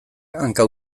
hanka